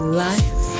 life